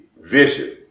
vision